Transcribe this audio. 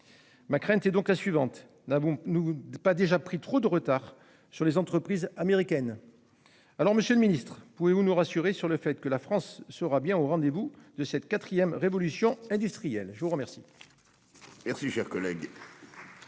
Ma crainte est donc la suivante : n'avons-nous pas déjà pris trop de retard sur les entreprises américaines ? Aussi, monsieur le ministre, pouvez-vous nous rassurer sur le fait que la France sera au rendez-vous de cette quatrième révolution industrielle ? La parole